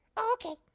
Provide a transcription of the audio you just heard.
okay.